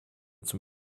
zum